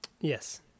Yes